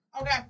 Okay